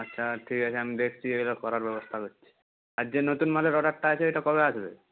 আচ্ছা ঠিক আছে আমি দেখছি ওগুলো করার ব্যবস্থা করছি আর যে নতুন মালের অর্ডারটা আছে ওটা কবে আসবে